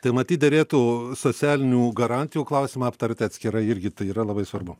tai matyt derėtų socialinių garantijų klausimą aptarti atskirai irgi tai yra labai svarbu